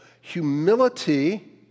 humility